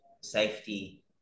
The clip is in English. safety